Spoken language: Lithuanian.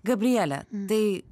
gabriele tai